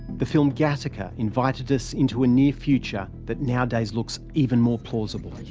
the film gattaca invited us into a near future that nowadays looks even more plausible.